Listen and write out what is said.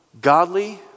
godly